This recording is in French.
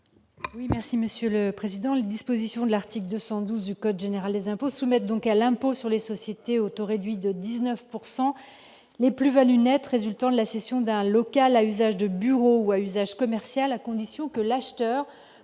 Prima. Merci Monsieur le Président, les dispositions de l'article 212 du Code général des impôts mettent donc à l'impôt sur les sociétés autorégule de 19 pourcent les plus-values nettes résultant de la cession d'un local à usage de bureaux ou à usage commercial à condition que l'acheteur